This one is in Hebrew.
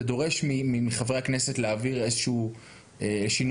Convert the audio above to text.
זה דורש מחברי הכנסת להעביר איזשהו שינוי